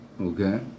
Okay